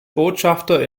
botschafter